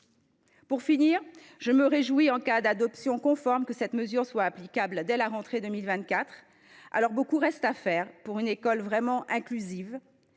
Pour finir, je me réjouis que, en cas d’adoption conforme, cette mesure soit applicable dès la rentrée 2024. Beaucoup reste à faire pour une école vraiment inclusive,